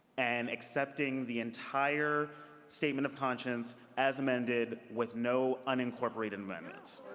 and accepting the entire statement of conscience as amended with no unincorporated amendments.